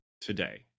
today